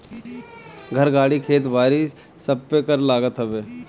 घर, गाड़ी, खेत बारी सबपे कर लागत हवे